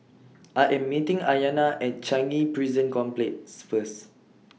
I Am meeting Ayanna At Changi Prison Complex First